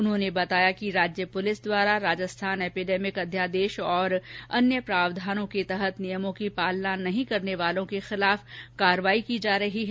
उन्होंने बताया कि राज्य पुलिस द्वारा राजस्थान एपिडेमिक अध्यादेश तथा अन्य प्रावधानों के तहत नियमों की पालना नहीं करने वालों के खिलाफ कार्यवाही की जा रही है